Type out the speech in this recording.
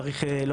צריך מנעולים,